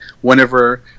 whenever